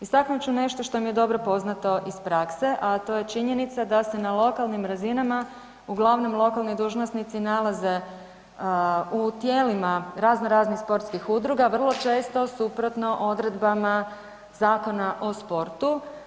Istaknut ću nešto što mi je dobro poznato iz prakse, a to je činjenica da se na lokalnim razinama uglavnom lokalni dužnosnici nalaze u tijelima razno raznih sportskih udruga, vrlo često suprotno često odredbama Zakona o sportu.